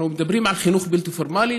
אנחנו מדברים על חינוך בלתי פורמלי,